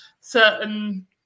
certain